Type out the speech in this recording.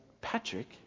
Patrick